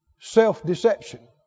Self-deception